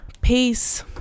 Peace